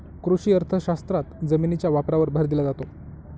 कृषी अर्थशास्त्रात जमिनीच्या वापरावर भर दिला जातो